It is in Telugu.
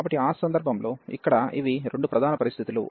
కాబట్టి ఆ సందర్భంలో ఇక్కడ ఇవి రెండు ప్రధాన పరిస్థితులు